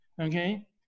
Okay